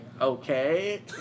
okay